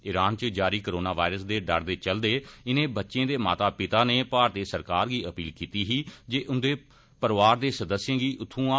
Iran इच जारी corona virus दे डर दे चलदे इनें बच्चें दे माता पिता नै भारतीय सरकार गी अपील कीती ही जे उंदे परौआर दे सदस्यें गी उत्थुआ आंदा जा